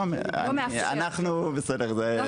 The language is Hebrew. בסדר.